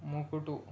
ముకుడు